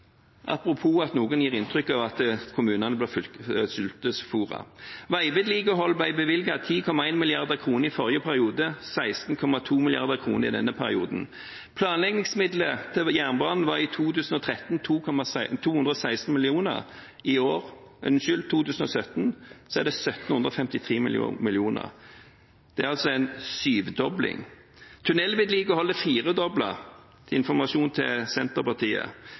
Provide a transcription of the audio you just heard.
apropos at noen gir inntrykk av at kommunene blir sultefôret. Veivedlikehold ble bevilget 10,1 mrd. kr forrige periode, 16,2 mrd. kr i denne perioden. Planleggingsmidler til jernbanen var i 2013 216 mill. kr, i 2017 er det 1 753 mill. kr. Det er altså en sjudobling. Tunellvedlikeholdet er firedoblet – informasjon til Senterpartiet.